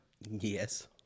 yes